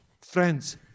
Friends